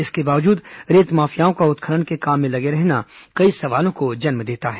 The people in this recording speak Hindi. इसके बावजूद रेत माफियाओं का उत्खन्न के काम में लगे रहना कई सवालों को जन्म देता है